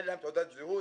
אין להם תעודת זהות,